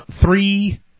three